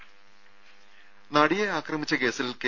രുര നടിയെ ആക്രമിച്ച കേസിൽ കെ